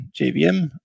JVM